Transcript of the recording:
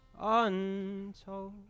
untold